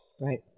Right